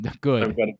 good